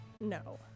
no